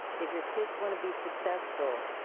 if your kids wanna be successful,